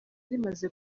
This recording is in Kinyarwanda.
rimaze